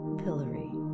pillory